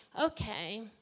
okay